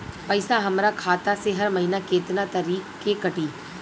पैसा हमरा खाता से हर महीना केतना तारीक के कटी?